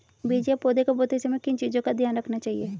बीज या पौधे को बोते समय किन चीज़ों का ध्यान रखना चाहिए?